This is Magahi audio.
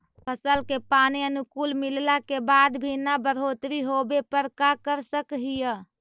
फसल के पानी अनुकुल मिलला के बाद भी न बढ़ोतरी होवे पर का कर सक हिय?